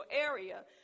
area